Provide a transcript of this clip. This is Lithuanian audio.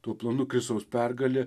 tuo planu kristaus pergalė